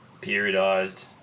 periodized